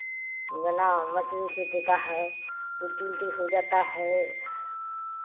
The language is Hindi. है ना मचली ओचली देता है उल्टी उल्टी हो जाता है